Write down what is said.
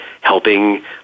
helping